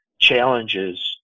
challenges